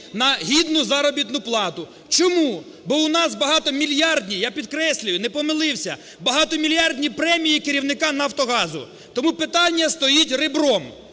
на гідну заробітну плату. Чому? Бо у нас багатомільярдні, я підкреслюю, не помилився, багатомільярдні премії керівника "Нафтогазу". Тому питання стоїть ребром: